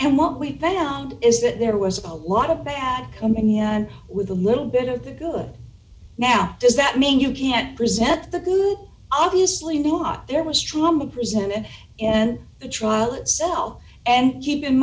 and what we found is that there was a lot of bad coming in with a little bit of good now does that mean you can't present the good obviously do not there was trauma presented in the trial itself and keep in